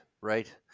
right